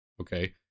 Okay